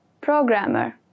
Programmer